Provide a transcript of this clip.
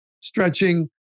stretching